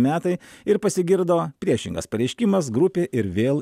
metai ir pasigirdo priešingas pareiškimas grupė ir vėl